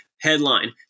Headline